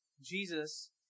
jesus